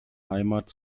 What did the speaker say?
heimat